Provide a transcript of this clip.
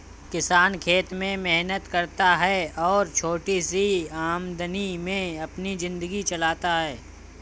किसान खेत में मेहनत करता है और छोटी सी आमदनी में अपनी जिंदगी चलाता है